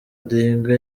odinga